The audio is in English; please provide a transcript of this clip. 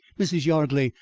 mrs. yardley,